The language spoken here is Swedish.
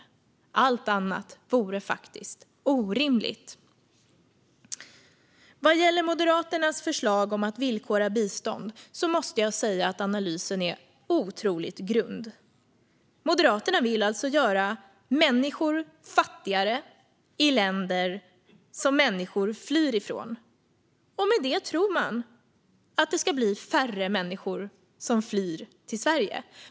Allt annat vore orimligt. Vad gäller Moderaternas förslag om att villkora bistånd måste jag säga att analysen är otroligt grund. Moderaterna vill alltså göra människor fattigare i länder som människor flyr ifrån. Med det tror man att det ska bli färre människor som flyr till Sverige.